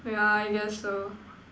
yeah I guess so